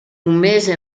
mese